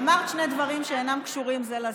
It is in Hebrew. אמרת שני דברים שאינם קשורים זה לזה.